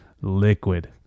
liquid